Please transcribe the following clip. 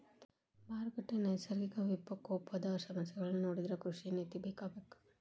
ಮಾರುಕಟ್ಟೆ, ನೈಸರ್ಗಿಕ ವಿಪಕೋಪದ ಸಮಸ್ಯೆಗಳನ್ನಾ ನೊಡಿದ್ರ ಕೃಷಿ ನೇತಿ ಬೇಕಬೇಕ